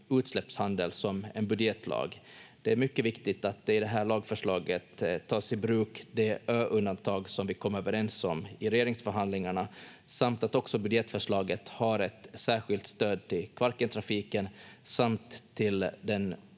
utsläppshandel som en budgetlag. Det är mycket viktigt att det i det här lagförslaget tas i bruk de ö-undantag som vi kom överens om i regeringsförhandlingarna samt att också budgetförslaget har ett särskilt stöd till Kvarkentrafiken samt till den